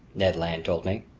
ned land told me.